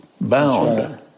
bound